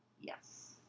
Yes